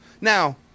Now